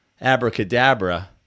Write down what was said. abracadabra